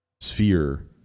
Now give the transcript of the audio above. sphere